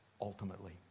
ultimately